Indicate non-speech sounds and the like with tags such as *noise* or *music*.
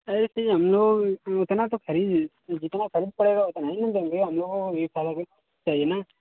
ऐसे हम लोग उतना तो खरीद नहीं जितना खरीद पड़ेगा उतना हीं न देंगे हम लोग *unintelligible* चाहिए न